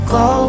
go